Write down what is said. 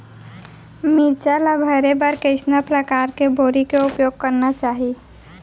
मिरचा ला भरे बर कइसना परकार के बोरी के उपयोग करना चाही?